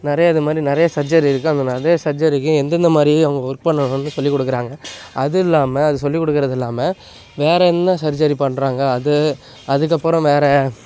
நிறைய இது மானி நிறைய சர்ஜரி இருக்கு அந்த நிறைய சர்ஜரிக்கு எந்தெந்த மாதிரி அவங்க ஒர்க் பண்ணணுன்னு சொல்லிக் கொடுக்குறாங்க அது இல்லாமல் அது சொல்லிக் கொடுக்கறது இல்லாமல் வேறு என்ன சர்ஜரி பண்ணுறாங்க அது அதற்கப்பறம் வேறு